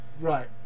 Right